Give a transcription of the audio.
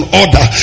order